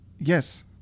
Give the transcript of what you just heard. yes